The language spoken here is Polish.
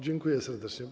Dziękuję serdecznie.